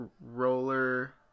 roller